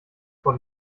vor